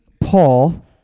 Paul